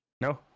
No